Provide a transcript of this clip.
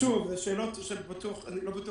אלו שאלות שאני לא זוכר